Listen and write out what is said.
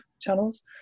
channels